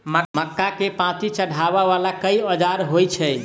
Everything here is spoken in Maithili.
मक्का केँ पांति चढ़ाबा वला केँ औजार होइ छैय?